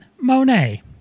Monet